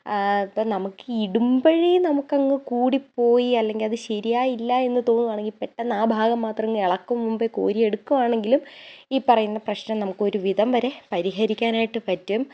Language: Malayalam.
നമുക്ക് ഇടുമ്പോഴേ നമുക്ക് അങ്ങ് കൂടിപ്പോയി അല്ലെങ്കിൽ അത് ശരിയായില്ല എന്ന് തോന്നുകയാണെങ്കിൽ പെട്ടെന്ന് ആ ഭാഗം മാത്രം അങ്ങ് ഇളക്കും മുൻപേ ഇങ്ങ് കോരിയെടുക്കുകയാണെങ്കിലും ഈ പറയുന്ന പ്രശ്നം നമുക്ക് ഒരുവിധം വരെ പരിഹരിക്കാനായിട്ട് പറ്റും